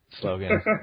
slogan